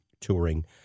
touring